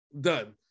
done